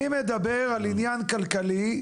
אני מדבר על עניין כלכלי,